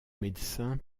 médecin